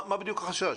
מה בדיוק החשש?